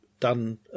Done